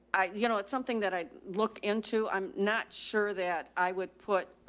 i, you know, it's something that i'd look into. i'm not sure that i would put,